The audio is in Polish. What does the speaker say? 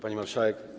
Pani Marszałek!